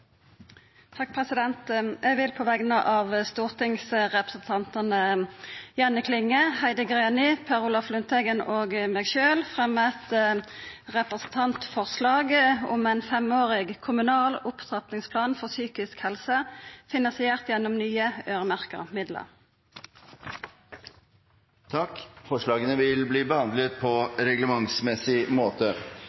Eg vil på vegner av stortingsrepresentantane Jenny Klinge, Heidi Greni, Per Olaf Lundteigen og meg sjølv framsette representantforslag om ein femårig kommunal opptrappingsplan for psykisk helse. Forslagene vil bli behandlet på reglementsmessig måte. Etter ønske fra finanskomiteen vil